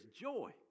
joy